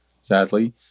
sadly